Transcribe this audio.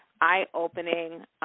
eye-opening